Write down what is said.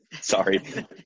Sorry